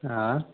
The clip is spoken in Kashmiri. آ